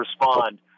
respond